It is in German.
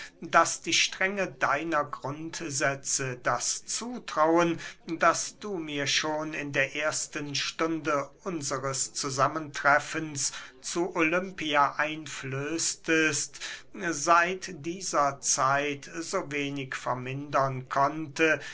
daß die strenge deiner grundsätze das zutrauen das du mir schon in der ersten stunde unsres zusammentreffens zu olympia einflößtest seit dieser zeit so wenig vermindern konnte